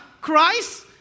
Christ